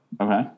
Okay